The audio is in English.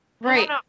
Right